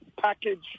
package